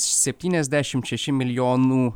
septyniasdešim šeši milijonų